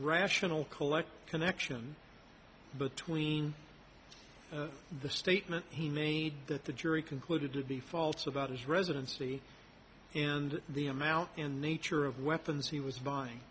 rational collect connection between the statement he made that the jury concluded to be false about his residency and the amount in nature of weapons he was b